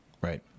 right